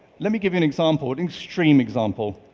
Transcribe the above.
let me give you an example. an extreme example.